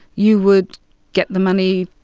you would get the money,